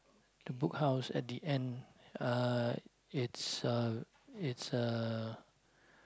the Book House at the end uh it's uh it's uh